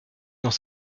dans